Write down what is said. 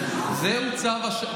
זהו צו השעה.